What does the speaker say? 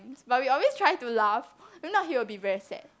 but we always try to laugh if not he will be very sad